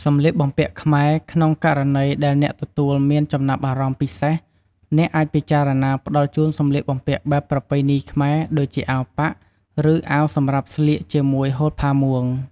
សម្លៀកបំពាក់ខ្មែរ ក្នុងករណីដែលអ្នកទទួលមានចំណាប់អារម្មណ៍ពិសេស អ្នកអាចពិចារណាផ្តល់ជូន សម្លៀកបំពាក់បែបប្រពៃណីខ្មែរ ដូចជាអាវប៉ាក់ ឬអាវសម្រាប់ស្លៀកជាមួយហូលផាមួង។